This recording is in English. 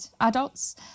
adults